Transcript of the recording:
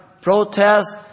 protests